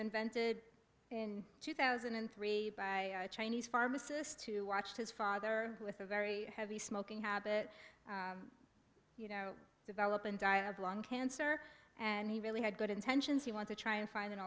invented in two thousand and three by a chinese pharmacist who watched his father with a very heavy smoking habit you know developing diab lung cancer and he really had good intentions he wanted to try and find